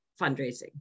fundraising